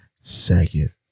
second